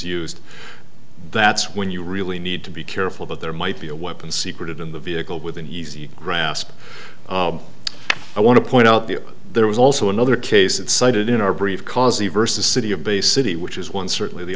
used that's when you really need to be careful but there might be a weapon secret in the vehicle within easy grasp i want to point out that there was also another case it cited in our brief because the verses city of bay city which is one certainly the